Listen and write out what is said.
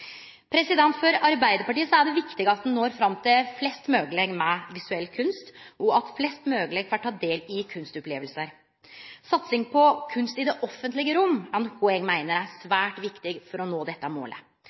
For Arbeidarpartiet er det viktig at ein når fram til flest mogleg med visuell kunst, og at flest mogleg får ta del i kunstopplevingar. Satsing på kunst i det offentlege rom er noko eg meiner er svært viktig for å nå dette målet.